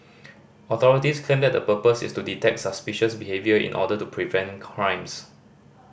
authorities claim that the purpose is to detect suspicious behaviour in order to prevent crimes